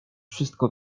wszystko